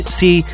see